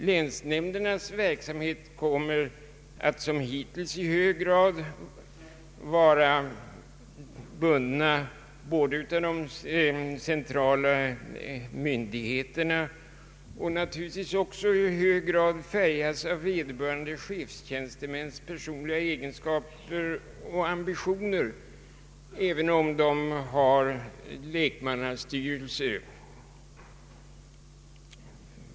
Länsnämndernas verksamhet kommer som hittills att i hög grad vara bunden av de centrala myndigheterna och naturligtvis också att i hög grad färgas av vederbörande chefstjänstemäns personliga egenskaper och ambitioner, även om det finns lekmannastyrelser.